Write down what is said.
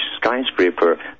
skyscraper